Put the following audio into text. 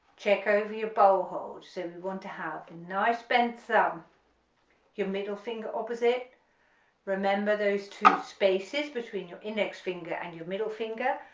check over your bow hold so we want to have a nice bent thumb your middle finger opposite remember those spaces between your index finger and your middle finger,